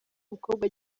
umukobwa